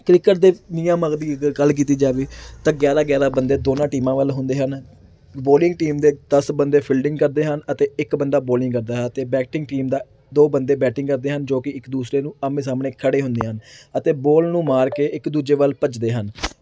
cricket ਦੇ ਨਿਯਮਾਂ ਦੀ ਅਗਰ ਗੱਲ ਕੀਤੀ ਜਾਵੇ ਤਾਂ ਗਿਆਰਾਂ ਗਿਆਰਾਂ ਬੰਦੇ ਦੋਨਾਂ ਟੀਮਾਂ ਵੱਲ ਹੁੰਦੇ ਹਨ ਬੋਲਿੰਗ ਟੀਮ ਦੇ ਦਸ ਬੰਦੇ ਫੀਲਡਿੰਗ ਕਰਦੇ ਹਨ ਅਤੇ ਇੱਕ ਬੰਦਾ ਬੋਲਿੰਗ ਕਰਦਾ ਹੈ ਅਤੇ ਬੈਟਿੰਗ ਟੀਮ ਦਾ ਦੋ ਬੰਦੇ ਬੈਟਿੰਗ ਕਰਦੇ ਹਨ ਜੋ ਕਿ ਇੱਕ ਦੂਸਰੇ ਨੂੰ ਆਹਮਣੇ ਸਾਹਮਣੇ ਖੜੇ ਹੁੰਦੇ ਹਨ ਅਤੇ ਬੋਲ ਨੂੰ ਮਾਰ ਕੇ ਇੱਕ ਦੂਜੇ ਵੱਲ ਭੱਜਦੇ ਹਨ